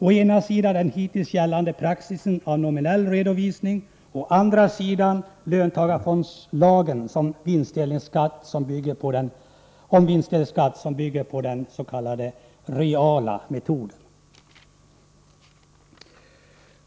Å ena sidan har vi hittills gällande praxis med nominell redovisning, å andra sidan löntagarfondslagen om vinstdelningsskatt som bygger på den s.k. reala metoden.